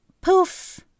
poof